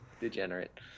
Degenerate